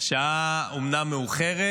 השעה אומנם מאוחרת,